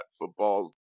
Football